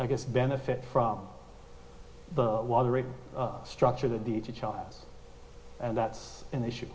i guess benefit from the lottery structure that the child and that's an issue